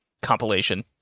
compilation